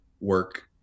work